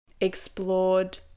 explored